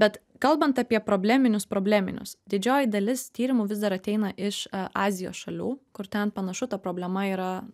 bet kalbant apie probleminius probleminius didžioji dalis tyrimų vis dar ateina iš azijos šalių kur ten panašu ta problema yra